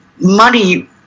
money